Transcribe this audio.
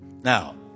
Now